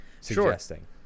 suggesting